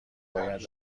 باید